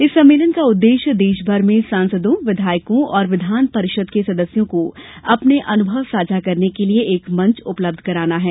इस सम्मेलन का उद्देश्य देशभर के सांसदों विधायकों और विधान परिषद के सदस्यों को अपने अनुभव साझा करने के लिए एक मंच उपलब्ध कराना है